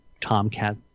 Tomcat